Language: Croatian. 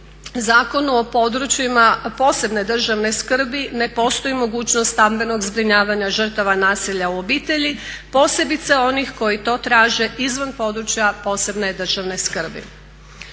Zakonu o područjima posebne državne skrbi ne postoji mogućnost stambenog zbrinjavanja žrtava nasilja u obitelji posebice onih koji to traže izvan područja posebne državne skrbi.